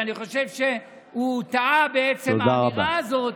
אני חושב שהוא טעה בעצם האמירה הזאת,